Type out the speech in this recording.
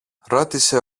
ρώτησε